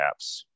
apps